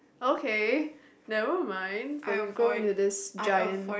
okay never mind but we grow into this giant